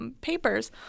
papers